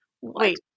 Wait